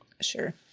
sure